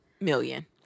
million